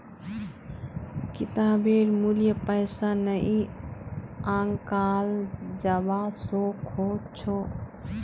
किताबेर मूल्य पैसा नइ आंकाल जबा स ख छ